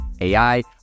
AI